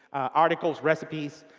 articles, recipes,